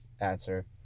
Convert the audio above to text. answer